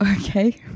Okay